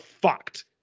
fucked